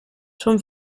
schon